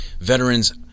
veterans